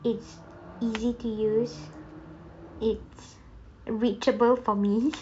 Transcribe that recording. it's easy to use it's reachable for me